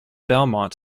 belmont